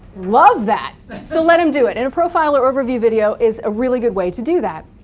love that so let them do it. and a profile or overview video is a really good way to do that.